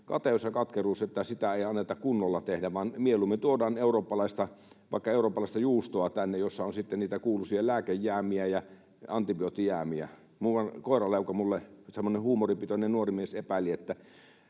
kateus ja katkeruus, että sitä ei anneta kunnolla tehdä, vaan mieluummin tuodaan tänne eurooppalaista, vaikka eurooppalaista juustoa, jossa on sitten niitä kuuluisia lääkejäämiä ja antibioottijäämiä. Muuan koiranleuka, semmoinen huumoripitoinen nuori mies, minulle epäili, että